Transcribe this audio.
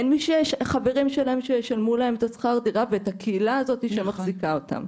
אין חברים שישלמו להם את שכר הדירה ואין את הקהילה שמחזיקה אותם.